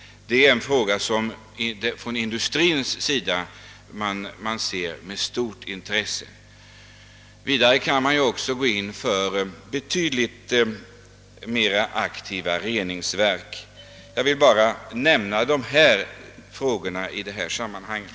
Det är en fråga som industrin ägnar stort intresse. Vidare kan man gå in för betydligt mera aktiva reningsverk. Herr talman! Jag ville bara anföra dessa synpunkter i sammanhanget.